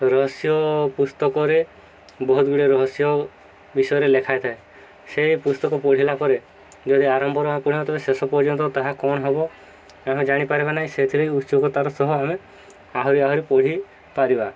ରହସ୍ୟ ପୁସ୍ତକରେ ବହୁତ ଗୁଡ଼ିଏ ରହସ୍ୟ ବିଷୟରେ ଲେଖା ହେଇଥାଏ ସେଇ ପୁସ୍ତକ ପଢ଼ିଲା ପରେ ଯଦି ଆରମ୍ଭରୁ ପଢ଼ିବା ତାହାଲେ ଶେଷ ପର୍ଯ୍ୟନ୍ତ ତାହା କ'ଣ ହବ ଆମେ ଜାଣିପାରିବା ନାହିଁ ସେଥିପାଇଁ ଉତ୍ସୁକତାର ସହ ଆମେ ଆହୁରି ଆହୁରି ପଢ଼ିପାରିବା